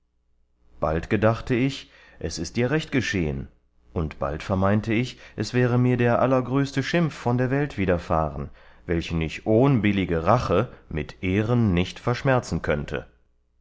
bald gedachte ich es ist dir recht geschehen und bald vermeinte ich es wäre mir der allergrößte schimpf von der welt widerfahren welchen ich ohn billige rache mit ehren nicht verschmerzen könnte